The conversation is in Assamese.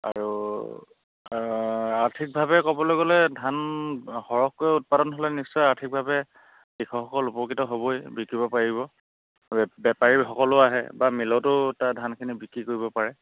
আৰু আৰ্থিকভাৱে ক'বলৈ গ'লে ধান সৰহকৈ উৎপাদন হ'লে নিশ্চয় আৰ্থিকভাৱে কৃষকসকল উপকৃত হ'বই বিকিব পাৰিব বে বেপাৰীসকলো আহে বা মিলতো তাৰ ধানখিনি বিক্ৰী কৰিব পাৰে